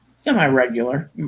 semi-regular